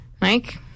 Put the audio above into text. Mike